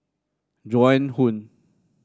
Joan Hon